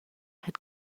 had